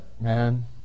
man